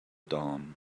dawn